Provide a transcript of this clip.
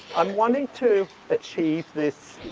i'm wanting to achieve this,